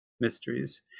mysteries